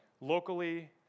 locally